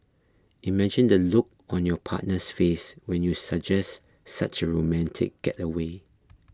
imagine the look on your partner's face when you suggest such a romantic getaway